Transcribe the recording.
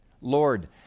Lord